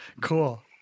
Cool